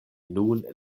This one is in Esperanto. nun